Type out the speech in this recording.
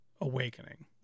Awakening